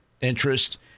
interest